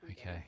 Okay